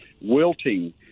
wilting